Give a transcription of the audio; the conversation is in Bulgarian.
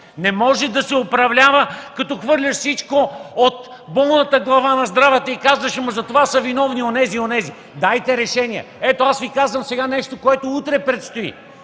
Не може да се управлява, като хвърляш всичко от болната глава на здравата и казваш: „За това са виновни онези и онези!”. Дайте решения. Ето, сега Ви казвам нещо, което утре предстои: